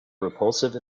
repulsive